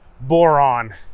Boron